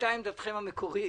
הייתה עמדתכם המקורית?